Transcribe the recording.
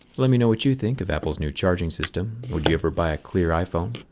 let me know what you think of apple's new charging system. would you ever buy a clear iphone?